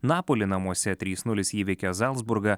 neapoli namuose trys nulis įveikė zalzburgą